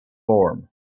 form